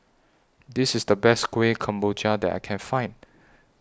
This IS The Best Kuih Kemboja that I Can Find